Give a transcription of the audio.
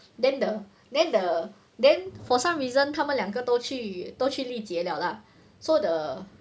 then the then the then for some reason 他们两个都去都去历届 liao lah so the